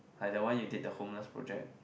like that one you did the homeless project